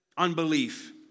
Unbelief